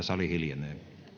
sali hiljenee no niin